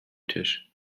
tisch